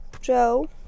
Joe